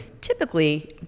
typically